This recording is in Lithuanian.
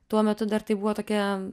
tuo metu dar tai buvo tokia